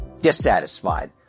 Dissatisfied